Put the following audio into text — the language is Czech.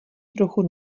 trochu